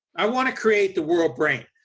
i want to create the world brain.